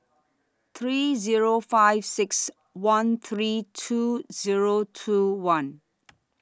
three Zero five six one three two Zero two one